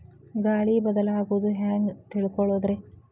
ಗಾಳಿ ಬದಲಾಗೊದು ಹ್ಯಾಂಗ್ ತಿಳ್ಕೋಳೊದ್ರೇ?